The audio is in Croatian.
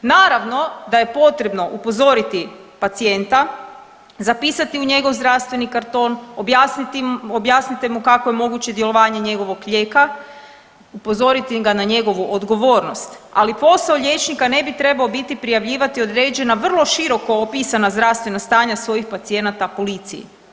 Naravno da je potrebno upozoriti pacijenta, zapisati u njegov zdravstveni karton, objasnite mu kako je moguće djelovanje njegovog lijeka, upozoriti ga na njegovu odgovornost, ali posao liječnika ne bi trebao biti prijavljivati određena vrlo široko opisana zdravstvena stanja svojih pacijenata policiji.